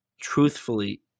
truthfully